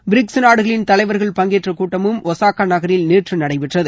BRICS நாடுகளின் தலைவர்கள் பங்கேற்ற கூட்டமும் ஒசாகா நகரில் நேற்று நடைபெற்றது